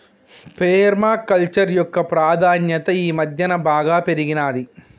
పేర్మ culture యొక్క ప్రాధాన్యత ఈ మధ్యన బాగా పెరిగినాది